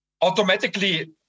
automatically